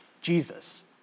Jesus